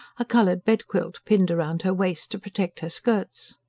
a coloured bed-quilt pinned round her waist to protect her skirts.